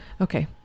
Okay